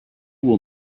will